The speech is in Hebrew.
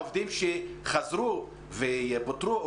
העובדים שחזרו ויפוטרו,